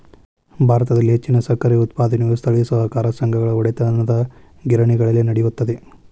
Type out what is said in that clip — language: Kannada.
ಭಾರತದಲ್ಲಿ ಹೆಚ್ಚಿನ ಸಕ್ಕರೆ ಉತ್ಪಾದನೆಯು ಸ್ಥಳೇಯ ಸಹಕಾರ ಸಂಘಗಳ ಒಡೆತನದಗಿರಣಿಗಳಲ್ಲಿ ನಡೆಯುತ್ತದೆ